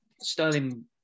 Sterling